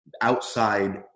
outside